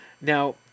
Now